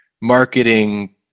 marketing